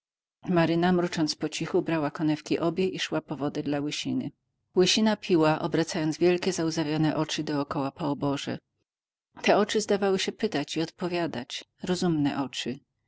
maryna mrucząc pocichu brała konewki obie i szła po wodę dla łysiny łysina piła obracając wielkie załzawione oczy po oborze te oczy zdawały się pytać i odpowiadać rozumne oczy